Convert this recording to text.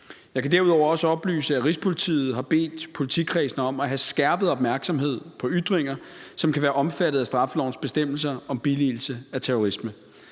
Jeg kan derudover oplyse, at Rigspolitiet har bedt politikredsene om at have skærpet opmærksomhed på ytringer, som kan være omfattet af straffelovens bestemmelser om billigelse af terrorisme.